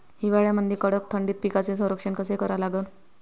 हिवाळ्यामंदी कडक थंडीत पिकाचे संरक्षण कसे करा लागन?